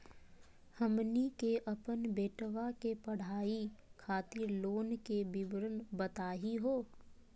हमनी के अपन बेटवा के पढाई खातीर लोन के विवरण बताही हो?